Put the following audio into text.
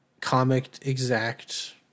comic-exact